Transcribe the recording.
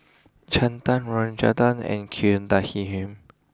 Chetan Rajaratnam and